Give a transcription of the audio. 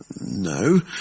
No